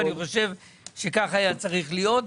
אני חושב שכך היה צריך להיות.